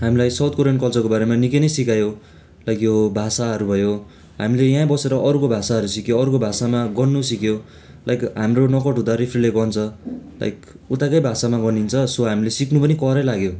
हामीलाई south Korean कल्चरको बारेमा निक्कै नै सिकायो लाइक यो भाषाहरू भयो हामीले यहीँ बसेर अरूको भाषाहरू सिक्यो अरूको भाषामा गन्नु सिक्यो लाइक हाम्रो नक्आउट हुँदा रेफ्रीले गन्छ लाइक उताकै भाषामा गनिन्छ सो हामीले सिक्नु पनि करै लाग्यो